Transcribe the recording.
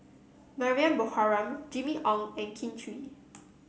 Mariam Baharom Jimmy Ong and Kin Chui